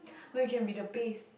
no you can be the base